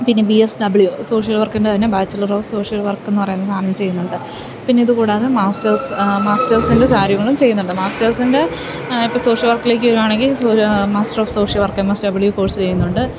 പിന്നെ B S W social വർക്കിൻ്റെ തന്നെ ബാച്ചിലർ ഓഫ് സോഷ്യൽ വർക്കെന്നു പറയുന്ന സാധനം ചെയ്യുന്നുണ്ട് പിന്നെ ഇതു കൂടാതെ മാസ്റ്റേർസ് മാസ്റ്റേർസിൻ്റെ കാര്യങ്ങളും ചെയ്യുന്നുണ്ട് മാസ്റ്റേഴ്സിൻ്റെ ഇപ്പോള് സോഷ്യൽ വർക്കിലേക്ക് വരുവാണെങ്കില് master of social work M S W കോഴ്സെയ്യുന്നുണ്ട്